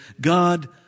God